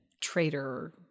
traitor